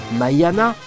Mayana